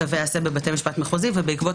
צווי עשה בבית משפט מחוזי ובעקבות